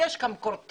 יש שם קרטל